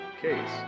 Case